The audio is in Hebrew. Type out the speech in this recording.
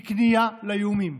היא כניעה לאיומים.